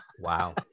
Wow